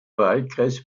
wahlkreis